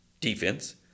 defense